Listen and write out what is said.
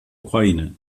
ukraine